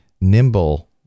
nimble